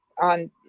on